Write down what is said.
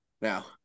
now